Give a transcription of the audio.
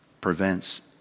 prevents